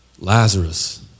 Lazarus